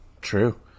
True